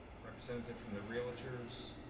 representative from the realtors,